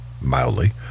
mildly